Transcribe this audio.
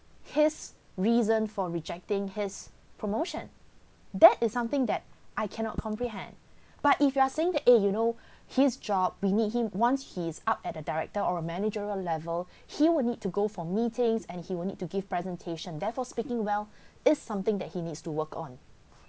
his reason for rejecting his promotion that is something that I cannot comprehend but if you are saying that eh you know his job we need him once he's up at a director or managerial level he would need to go for meetings and he will need to give presentation therefore speaking well is something that he needs to work on